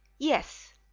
yes